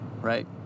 right